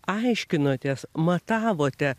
aiškinotės matavote